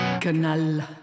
canal